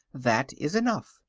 that is enough.